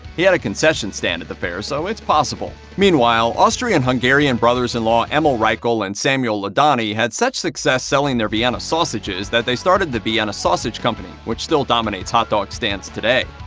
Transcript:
he had a concession stand at the fair, so it's possible. meanwhile, austrian-hungarian brothers-in-law emil reichel and samuel ladany had such success selling their vienna sausages that they started the vienna sausage company, which still dominates hot dog stands today.